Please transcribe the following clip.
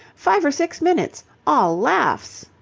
five or six minutes, all laughs.